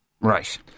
right